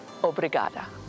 Obrigada